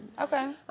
Okay